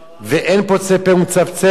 ואין פוצה פה ומצפצף.